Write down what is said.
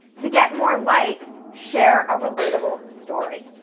to get more likes, share a relatable story.